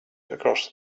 across